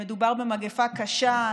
מדובר במגפה קשה,